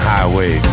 Highway